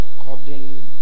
according